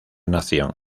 nación